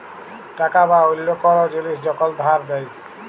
টাকা বা অল্য কল জিলিস যখল ধার দেয়